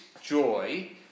joy